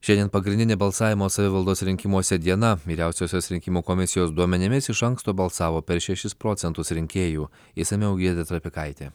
šiandien pagrindinė balsavimo savivaldos rinkimuose diena vyriausiosios rinkimų komisijos duomenimis iš anksto balsavo per šešis procentus rinkėjų išsamiau giedrė trapikaitė